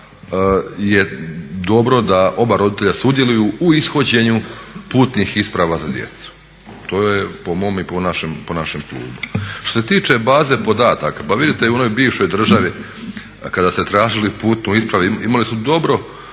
je dobro da oba roditelja sudjeluju u ishođenju putnih isprava za djecu. To je po mome i po našem klubu. Što se tiče baze podataka, pa vidite i u onoj bivšoj državi kada ste tražili putnu ispravu imali su dobro